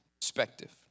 perspective